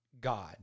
God